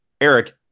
eric